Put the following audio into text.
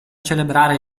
celebrare